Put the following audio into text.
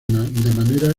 manera